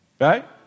right